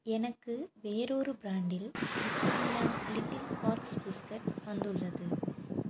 எனக்கு வேறொரு ப்ராண்டில் ப்ரிட்டானியா லிட்டில் ஹார்ட்ஸ் பிஸ்கட் வந்துள்ளது